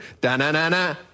da-na-na-na